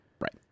Right